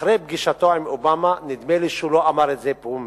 אחרי פגישתו עם אובמה נדמה לי שהוא לא אמר את זה בפומבי.